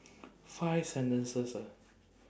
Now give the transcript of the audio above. five sentences ah